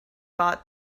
bought